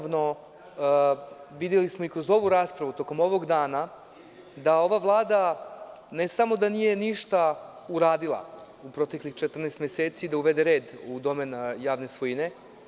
Videli smo kroz ovu raspravu, tokom ovog dana, da ova Vlada, ne samo da nije ništa uradila u proteklih 14 meseci, da uvede red u javne svojine.